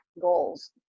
goals